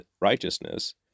righteousness